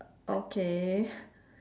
okay